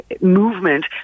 movement